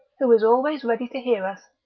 who is always ready to hear us,